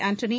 Antony